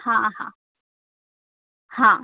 हां हां हां